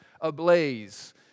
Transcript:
ablaze